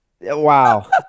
wow